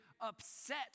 upset